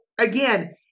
again